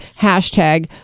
hashtag